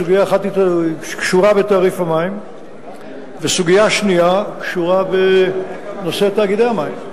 סוגיה אחת קשורה בתעריף המים וסוגיה שנייה קשורה בנושא תאגידי המים.